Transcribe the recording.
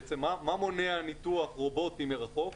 בעצם מה מונע ניתוח רובוטי מרחוק?